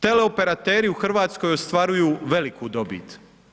Teleoperateri u Hrvatskoj ostvaruju veliku dobit.